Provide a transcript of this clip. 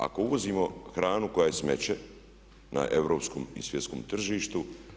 Ako uvozimo hranu koja je smeće na europskom i svjetskom tržištu.